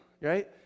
right